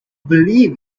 believe